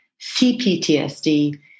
CPTSD